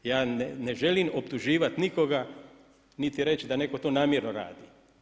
Ja ne želim optuživat nikoga niti reći da netko to namjerno radi.